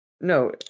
no